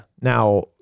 Now